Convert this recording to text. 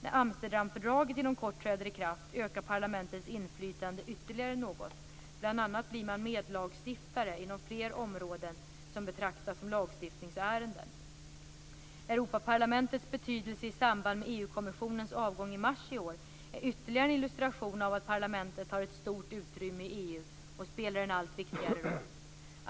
När Amsterdamfördraget inom kort träder i kraft ökar parlamentets inflytande ytterligare något. Bl.a. blir man medlagstiftare inom fler områden som betraktas som lagstiftningsärenden. kommissionens avgång i mars i år är ytterligare en illustration av att parlamentet har ett stort utrymme i EU och spelar en allt viktigare roll.